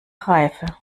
reife